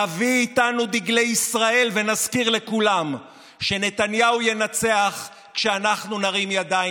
נביא איתנו דגלי ישראל ונזכיר לכולם שנתניהו ינצח כשאנחנו נרים ידיים.